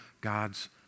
God's